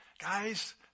guys